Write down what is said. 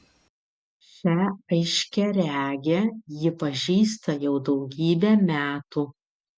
šią aiškiaregę ji pažįsta jau daugybę metų